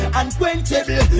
unquenchable